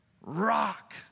Rock